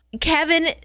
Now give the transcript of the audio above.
Kevin